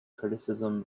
criticism